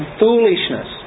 foolishness